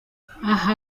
aha